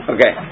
Okay